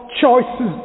choices